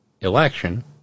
election